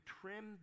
trim